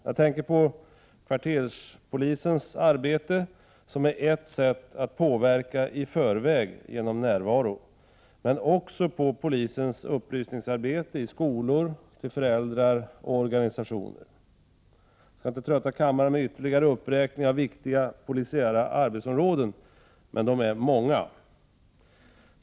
Jag tänker på kvarterspolisens arbete, som är ett sätt att påverka i förväg genom närvaro — men också på polisens arbete med upplysning i skolor samt till föräldrar och organisationer. Jag skall inte trötta kammarens ledamöter med ytterligare uppräkningar av ytterligare polisiära arbetsområden — men de är många.